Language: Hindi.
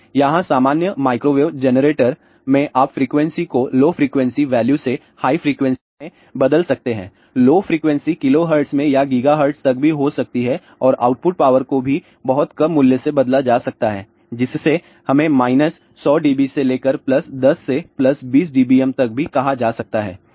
तो यहां सामान्य माइक्रोवेव जनरेटर में आप फ्रीक्वेंसी को लो फ्रिकवेंसी वैल्यू से हाई फ्रिकवेंसी में बदल सकते हैं लो फ्रिकवेंसी KHz में या GHz तक भी हो सकती है और आउटपुट पावर को भी बहुत कम मूल्य से बदला जा सकता है जिससे हमें माइनस 100 डीबी से लेकर प्लस 10 से प्लस 20 डीबीएम तक भी कहा जा सकता है